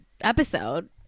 episode